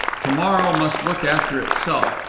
to-morrow must look after itself.